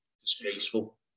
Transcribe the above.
disgraceful